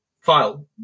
file